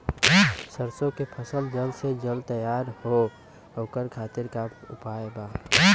सरसो के फसल जल्द से जल्द तैयार हो ओकरे खातीर का उपाय बा?